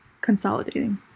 consolidating